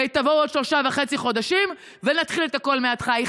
תבואו בעוד שלושה וחצי חודשים ונתחיל את הכול מההתחלה,